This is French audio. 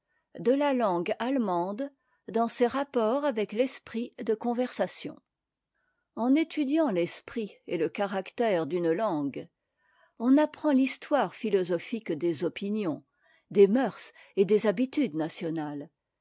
de la langue allemande dans ses rapports avec l'esprit de eom er a ot en étudiant l'esprit et le caractère d'une langue on apprend l'histoire philosophique des opinions des mœurs et des habitudes nationales